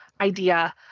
idea